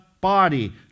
body